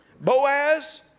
Boaz